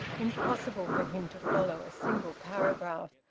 impossible for him to follow a single paragraph.